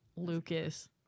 Lucas